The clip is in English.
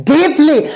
Deeply